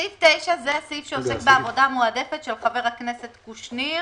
סעיף 9 הוא הסעיף שעוסק בעבודה המועדפת של חבר הכנסת קושניר.